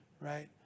right